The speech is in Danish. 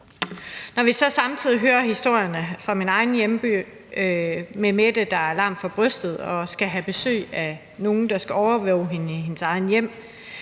Når vi så samtidig hører historierne fra min egen hjemby om Mette, der er lam fra brystet og ned skal have besøg af nogen, der skal overvåge hende i hendes eget hjem,